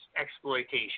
exploitation